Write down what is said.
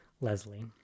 Leslie